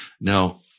Now